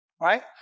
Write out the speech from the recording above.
right